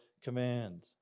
command